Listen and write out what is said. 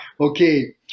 okay